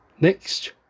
Next